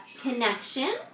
connection